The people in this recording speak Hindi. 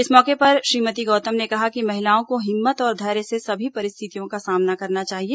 इस मौके पर श्रीमती गौतम ने कहा कि महिलाओं को हिम्मत और धैर्य से सभी परिस्थितयों का सामना करना चाहिए